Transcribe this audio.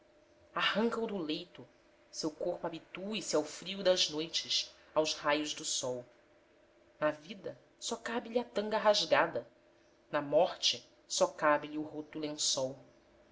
arranca o do leito seu corpo habitue se ao frio das noites aos raios do sol na vida só cabe lhe a tanga rasgada na morte só cabe lhe o roto lençol